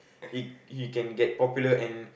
he he can get popular and